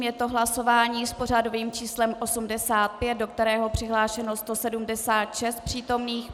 Je to hlasováním s pořadovým číslem 85, do kterého je přihlášeno 176 přítomných.